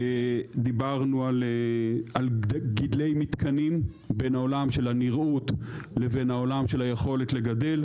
דיברנו על גידלי מתקנים בין העולם של הנראות לבין העולם של היכולת לגדל.